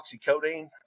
oxycodone